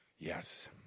Yes